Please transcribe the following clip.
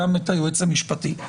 גם את היועץ המשפטי.